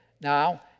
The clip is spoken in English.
Now